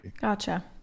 Gotcha